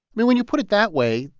when when you put it that way,